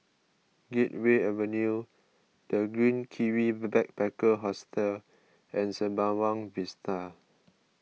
Gateway Avenue the Green Kiwi Backpacker Hostel and Sembawang Vista